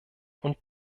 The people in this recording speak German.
und